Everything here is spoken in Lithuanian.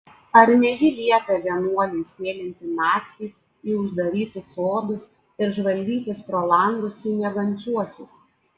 ar ne ji liepia vienuoliui sėlinti naktį į uždarytus sodus ir žvalgytis pro langus į miegančiuosius